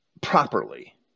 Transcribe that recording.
properly